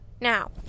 Now